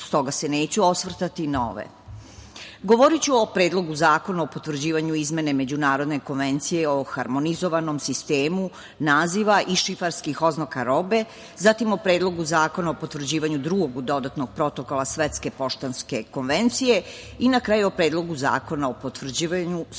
stoga neću osvrtati na ove. Govoriću o Predlogu zakona o potvrđivanju izmene Međunarodne konvencije o harmonizovanom sistemu naziva i šifarskih oznaka robe, zatim o Predlogu zakona o potvrđivanju Drugog dodatnog protokola Svetske poštanske konvencije i, na kraju, o Predlogu zakona o potvrđivanju Sporazuma o